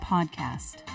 Podcast